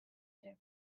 ere